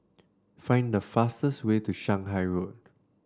find the fastest way to Shanghai Road